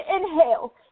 inhale